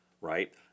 right